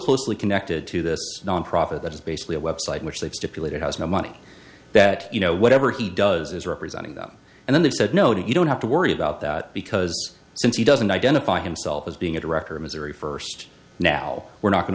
closely connected to this nonprofit that is basically a web site which they've stipulated has no money that you know whatever he does is representing them and then they said no you don't have to worry about that because since he doesn't identify himself as being a director of missouri first now we're not going